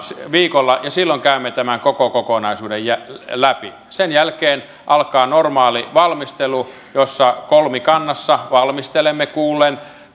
viikolle ja silloin käymme tämän koko kokonaisuuden läpi sen jälkeen alkaa normaali valmistelu jossa kolmikannassa valmistelemme kuullen